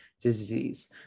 disease